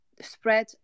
spread